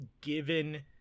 given